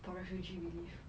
for refugee relief